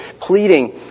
pleading